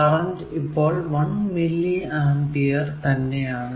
current അപ്പോൾ 1 milliampere തന്നെ ആണ്